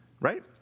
Right